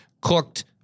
cooked